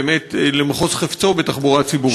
באמת, למחוז חפצו בתחבורה ציבורית.